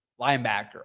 linebacker